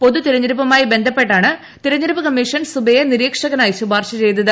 പൊതു തെരഞ്ഞെടുപ്പുമായി ബന്ധപ്പെട്ടാണ് തെരഞ്ഞെടുപ്പ് കമ്മീഷൻ ഡുബെയെ നിരീക്ഷനായി ശുപാർശ ചെയ്തത്